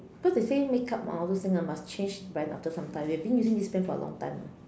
cause they say make up ah all those things ah must change brand after sometime you've been using this brand for a long time ah